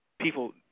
People